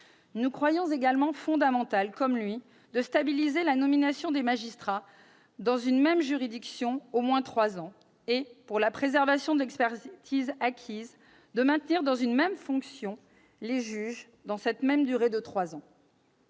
Nous croyons fondamental, comme lui, de stabiliser la nomination des magistrats dans une même juridiction au moins trois ans et, pour la préservation de l'expertise acquise, de maintenir dans une même fonction les juges pour la même durée de trois ans.